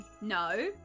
no